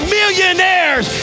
millionaires